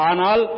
Anal